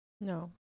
No